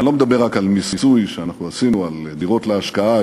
אני לא מדבר רק על מיסוי שאנחנו החלנו על דירות להשקעה,